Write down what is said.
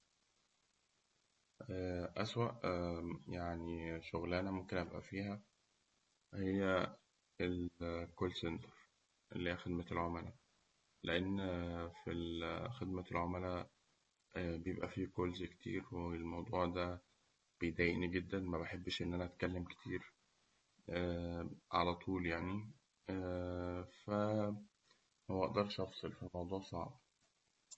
أسوأ شغلانة ممكن أبقى فيها الكول سنتر اللي هي خدمة العملا لأن في ال خدمة العملا بيبق فيه كولز كتير والموضوع ده بيضايقني جداً مبحبش إن أنا أتكلم كتير علطول يعني ف مبقدرش أفصل ف الموضوع صعب.